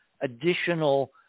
additional